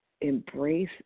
embrace